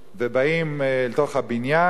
ובאים אל תוך הבניין.